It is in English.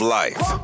life